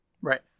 Right